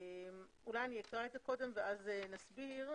אני אקרא את זה קודם ואז נסביר.